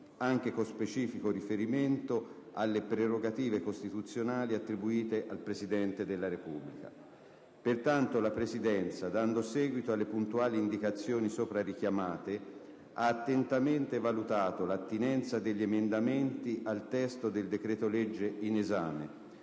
anche con specifico riferimento alle prerogative costituzionali attribuite al Presidente della Repubblica. Pertanto, la Presidenza, dando seguito alle puntuali indicazioni sopra richiamate, ha attentamente valutato l'attinenza degli emendamenti al testo del decreto‑legge in esame,